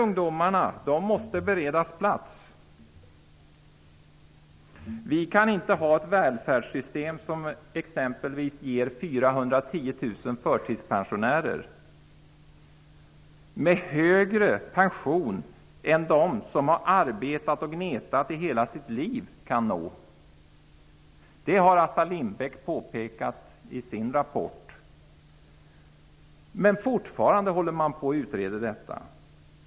Ungdomarna måste beredas plats. Vi kan inte ha ett välfärdssystem som t.ex. ger 410 000 förtidspensionärer högre pension än vad de som har arbetat och gnetat hela livet kan nå. Det har Assar Lindbeck påpekat i sin rapport. Men fortfarande håller dessa frågor på att utredas.